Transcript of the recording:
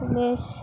বেশ